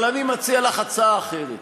אבל אני מציע לך הצעה אחרת.